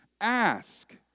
Ask